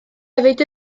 hefyd